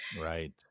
right